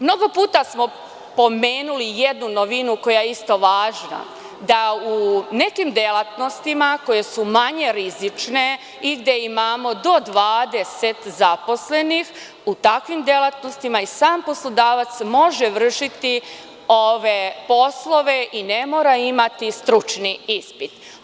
Mnogo puta smo pomenuli jednu novinu koja je isto važna da u nekim delatnostima koje su manje rizične i gde imamo do 20 zaposlenih, u takvim delatnostima i sam poslodavac može vršiti ove poslove i ne mora imati stručni ispit.